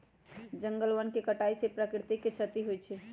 जंगल वन के कटाइ से प्राकृतिक के छति होइ छइ